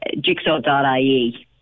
jigsaw.ie